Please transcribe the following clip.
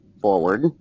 forward